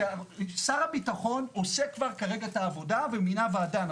ששר הביטחון עושה כבר כרגע את העבודה ומינה ועדה,